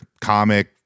comic